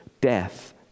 death